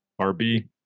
RB